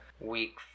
Week